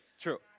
True